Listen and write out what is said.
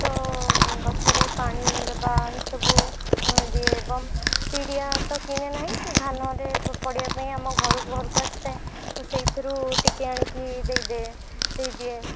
ତ ଗଛରେ ପାଣି ଦେବା ଏସବୁ ଦିଏ ଏବଂ ପିଡ଼ିଆ ତ କିଣେ ନାହିଁ ଧାନରେ ପଡ଼ିବା ପାଇଁ ଆମ ଘରକୁ ଆସିଥାଏ ତ ସେହିଥିରୁ ଟିକେ ଆଣିକି ଦେଇ ଦିଏ ଦେଇ ଦିଏ